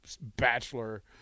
bachelor